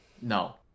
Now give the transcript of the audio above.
no